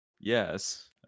yes